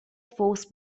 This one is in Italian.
force